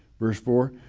verse four,